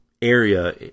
area